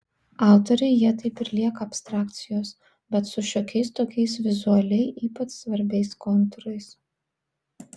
autoriui jie taip ir lieka abstrakcijos bet su šiokiais tokiais vizualiai ypač svarbiais kontūrais